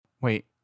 wait